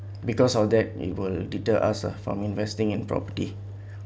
because of that it will deter us ah from investing in property